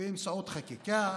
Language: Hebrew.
באמצעות חקיקה